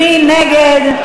מי נגד?